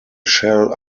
shall